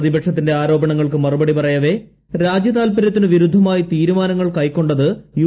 പ്രിപ്പക്ഷത്തിന്റെ ആരോപണങ്ങൾക്ക് മറുപടി പറയവേ രാജ്യതാൽപ്പര്യത്തിനു വിരുദ്ധമായി തീരുമാനങ്ങൾ കൈക്കൊണ്ടത് യു